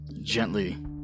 gently